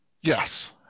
Yes